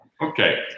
Okay